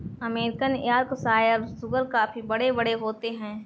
American Yorkshire सूअर काफी बड़े बड़े होते हैं